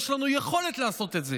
יש לנו יכולת לעשות את זה